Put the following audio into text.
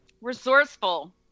Resourceful